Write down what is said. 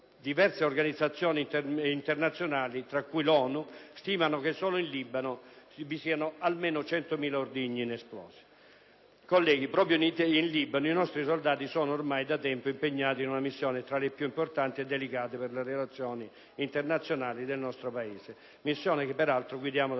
diverse organizzazioni internazionali, tra cui l'ONU, stimano che solo in Libano vi siano almeno 100.000 ordigni inesplosi. Colleghi, proprio in Libano i nostri soldati sono, ormai da tempo, impegnati in una missione tra le più importanti e delicate per le relazioni internazionali del nostro Paese, missione che peraltro guidiamo dal 2007.